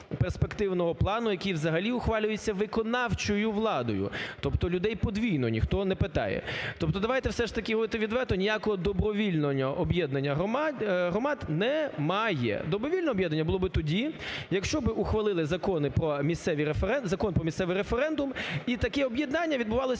перспективного плану, який взагалі ухвалюється виконавчою владою, тобто, людей подвійно ніхто не питає. Тобто, давайте все ж таки говорити відверто: ніякого добровільного об'єднання громад немає. Добровільне об'єднання було би тоді, якщо би ухвалили Закон про місцеві референдум і таке об'єднання відбувалося